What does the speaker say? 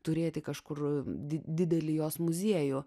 turėti kažkur did didelį jos muziejų